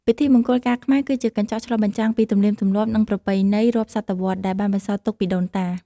ពិធីមង្គលការខ្មែរ គឺជាកញ្ចក់ឆ្លុះបញ្ចាំងពី ទំនៀមទម្លាប់ និងប្រពៃណីរាប់សតវត្សរ៍ ដែលបានបន្សល់ទុកពីដូនតា។